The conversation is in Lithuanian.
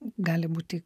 gali būti